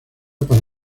para